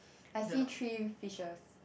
I see three fishes